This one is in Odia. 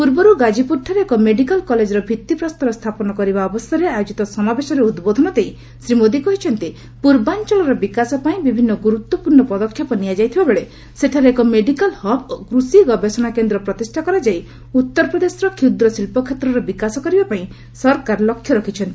ପୂର୍ବରୁ ଗାଜିପୁରଠାରେ ଏକ ମେଡିକାଲ୍ କଲେକ୍ର ଭିଭିପ୍ରସ୍ତର ସ୍ଥାପନ କରିବା ଅବସରରେ ଆୟୋକିତ ସମାବେଶରେ ଉଦ୍ବୋଧନ ଦେଇ ଶ୍ରୀ ମୋଦି କହିଛନ୍ତି ପୂର୍ବାଞ୍ଚଳର ବିକାଶ ପାଇଁ ବିଭିନ୍ନ ଗୁରୁତ୍ୱପୂର୍ଣ୍ଣ ପଦକ୍ଷେପ ନିଆଯାଇଥିବା ବେଳେ ସେଠାରେ ଏକ ମେଡିକାଲ୍ ହବ୍ ଓ କୃଷି ଗବେଷଣା କେନ୍ଦ୍ର ପ୍ରତିଷ୍ଠା କରାଯାଇ ଉତ୍ତରପ୍ରଦେଶର କ୍ଷୁଦ୍ର ଶିଳ୍ପ କ୍ଷେତ୍ରର ବିକାଶ କରିବା ପାଇଁ ସରକାର ଲକ୍ଷ୍ୟ ରଖିଛନ୍ତି